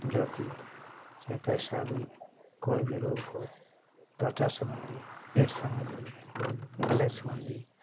जो कि चाहे कैसा भी कोई भी रोग हो त्वचा संबंधी पेट संबंधी गले संबंधी